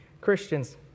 Christians